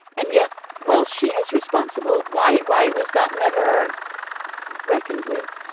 and yet while she is responsible. why. why was that never reckoned with.